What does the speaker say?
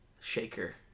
shaker